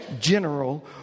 general